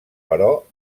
però